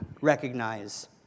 recognize